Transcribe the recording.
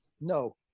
No